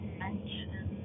mention